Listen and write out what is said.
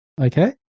Okay